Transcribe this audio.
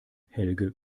helge